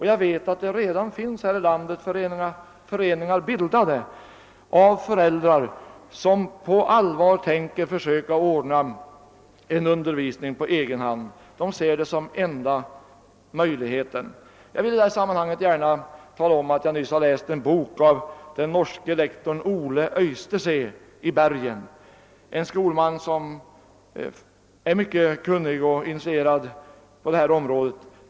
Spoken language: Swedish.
Jag vet att det redan finns föreningar bildade här i landet av föräldrar som på allvar tänker försöka ordna en undervisning på egen hand. De ser detta som den enda möjligheten. Jag vill i detta sammanhang tala om att jag nyligen läst en bok av den norske lektorn Ole fystesee i Bergen, en skolman som är mycket kunnig och initierad på detta område.